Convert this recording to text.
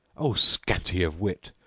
o scanty of wit,